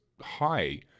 high